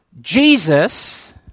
Jesus